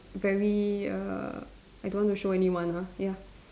very err I don't want to show anyone ah ya